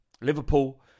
Liverpool